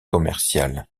commerciale